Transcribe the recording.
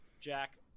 Jack